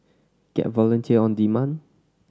get a volunteer on demand